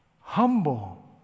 humble